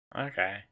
Okay